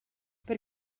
per